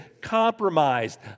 compromised